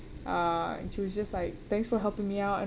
uh she was just like thanks for helping me out